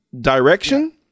Direction